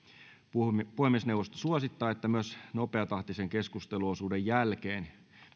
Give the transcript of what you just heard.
puhemiesneuvosto suosittaa että myös nopeatahtisen keskusteluosuuden jälkeen